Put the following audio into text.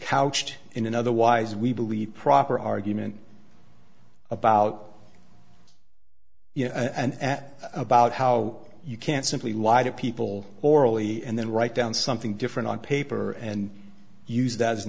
couched in an otherwise we believe proper argument about you know about how you can't simply why do people orally and then write down something different on paper and use that as an